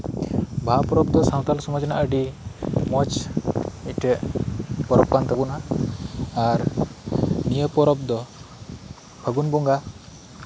ᱵᱟᱦᱟ ᱯᱚᱨᱚᱵᱽ ᱫᱚ ᱥᱟᱱᱛᱟᱞ ᱥᱚᱢᱟᱡ ᱨᱮᱱᱟᱜ ᱟᱹᱰᱤ ᱢᱚᱸᱡ ᱢᱤᱫᱴᱮᱱ ᱯᱚᱨᱚᱵᱽ ᱠᱟᱱ ᱛᱟᱵᱚᱱᱟ ᱟᱨ ᱱᱤᱭᱟᱹ ᱯᱚᱨᱚᱵᱽ ᱫᱚ ᱯᱷᱟᱹᱜᱩᱱ ᱵᱚᱸᱜᱟ